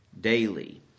daily